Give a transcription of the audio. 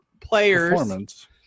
players